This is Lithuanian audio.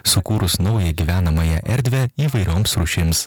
sukūrus naują gyvenamąją erdvę įvairioms rūšims